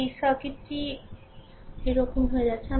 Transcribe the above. এই সার্কিটটি এরকম হয়ে যাচ্ছে